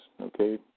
okay